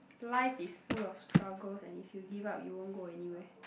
life is full of struggles and if you give up you won't go anywhere